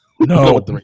No